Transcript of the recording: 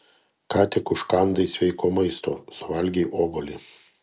ką tik užkandai sveiko maisto suvalgei obuolį